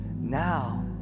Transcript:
Now